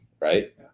Right